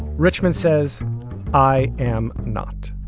richman says i am not